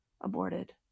aborted